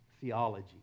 theology